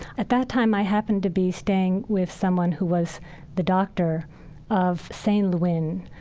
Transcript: at that time, i happened to be staying with someone who was the doctor of sein lwin,